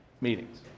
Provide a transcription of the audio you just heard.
meetings